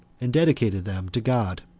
and dedicated them to god.